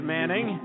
Manning